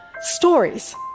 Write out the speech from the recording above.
Stories